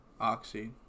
oxy